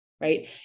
right